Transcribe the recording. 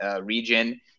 region